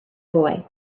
boy